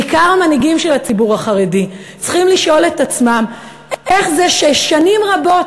בעיקר המנהיגים של הציבור החרדי צריכים לשאול את עצמם איך זה ששנים רבות